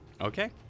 okay